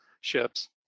ships